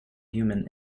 human